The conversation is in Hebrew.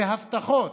ו"הבטחות",